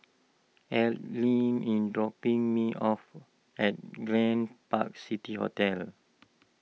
Adline in dropping me off at Grand Park City hotel